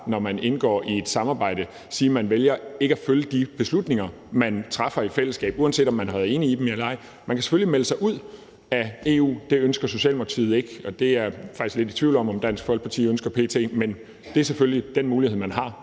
når man indgår i et samarbejde, sige, at man vælger ikke at følge de beslutninger, der bliver truffet i fællesskab, uanset om man har været enig i dem eller ej. Man kan selvfølgelig melde sig ud af EU, og det ønsker Socialdemokratiet ikke, men jeg er faktisk lidt i tvivl om, hvorvidt Dansk Folkeparti ønsker det p.t. Men det er selvfølgelig den mulighed, man har,